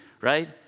right